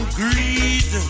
greed